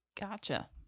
Gotcha